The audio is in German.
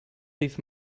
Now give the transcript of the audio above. rief